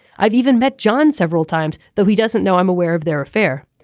i've even met john several times though he doesn't know i'm aware of their affair.